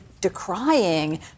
decrying